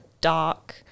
dark